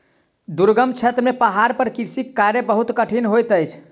दुर्गम क्षेत्र में पहाड़ पर कृषि कार्य बहुत कठिन होइत अछि